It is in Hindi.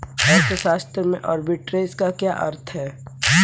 अर्थशास्त्र में आर्बिट्रेज का क्या अर्थ है?